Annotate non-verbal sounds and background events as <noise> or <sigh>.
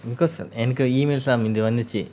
because எனக்கு:enaku <laughs> முந்தி வந்துச்சு:munthi vanthuchu